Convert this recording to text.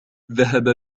ذهب